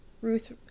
Ruth